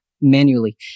manually